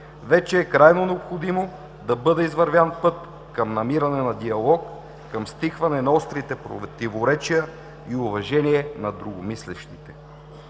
вече е крайно необходимо да бъде извървян път към намиране на диалог, към стихване на острите противоречия и уважение на другомислещите,